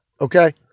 Okay